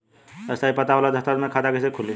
स्थायी पता वाला दस्तावेज़ से खाता कैसे खुली?